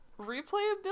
Replayability